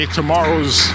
tomorrow's